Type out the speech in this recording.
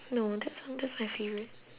no that's not that's my favourite